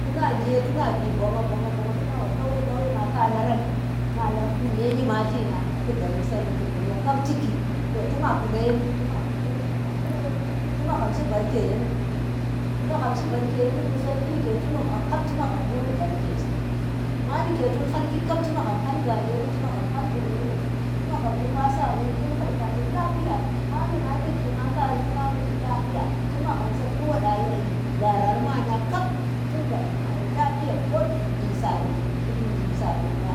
Tuna nje tuna vi bonga bonga bonga tuna wa kauye ma khalaran ma lab nu me nyimalti nang ku damu sanu ku duniya kap tiki to tima kuna yenu tima kuna yenu tuma kuna yenu tu magham buu ni barke si. Mha nike tuu hhlaki kap ti magham hhan ghajenu tu magahm hhan gumemu, tu magham lupa saronu tuu hul khari lafiya. Ma nuna ndinka ma kari tuna vi lafiya, tu magham sa tuum wada yayi bara mari nan Lafiya ko jidari, ku tun ji saronu ba